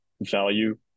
value